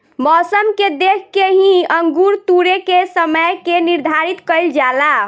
मौसम के देख के ही अंगूर तुरेके के समय के निर्धारित कईल जाला